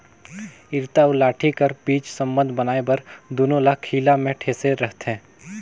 इरता अउ लाठी कर बीच संबंध बनाए बर दूनो ल खीला मे ठेसे रहथे